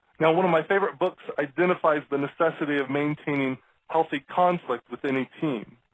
one of my favorite books identifies the necessity of maintaining healthy conflict within a team.